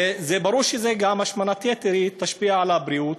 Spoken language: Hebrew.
ברור שגם השמנת יתר תשפיע על הבריאות,